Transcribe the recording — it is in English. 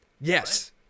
Yes